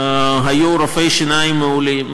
היו רופאי שיניים מעולים,